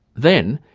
then,